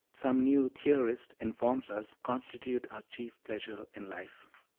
some new theorist informs us, constitute our chief pleasure in life.